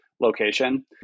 location